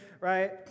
right